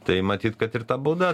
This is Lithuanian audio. tai matyt kad ir ta bauda